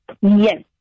Yes